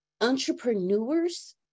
entrepreneurs